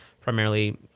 primarily